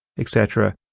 etc.